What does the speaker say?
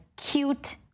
cute